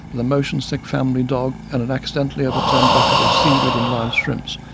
with a motion-sick family dog, and an accidentally overturned bucket of seaweed and live shrimps,